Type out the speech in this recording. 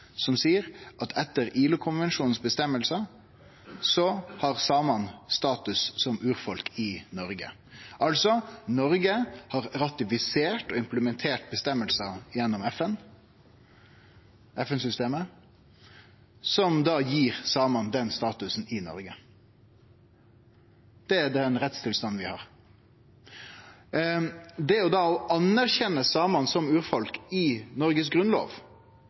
som seier at etter ILO-konvensjonen si avgjerd har samane status som urfolk i Noreg. Altså: Noreg har gjennom FN-systemet ratifisert og implementert avgjerder som gir samane den statusen i Noreg. Det er den rettstilstanden vi har. Det å anerkjenne samane som urfolk i Noregs grunnlov,